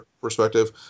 perspective